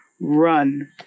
run